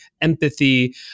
empathy